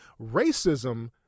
racism